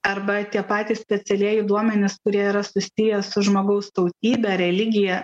arba tie patys specialieji duomenis kurie yra susiję su žmogaus tautybe religija